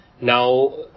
Now